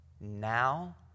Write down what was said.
now